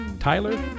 Tyler